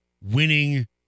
winning